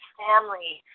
family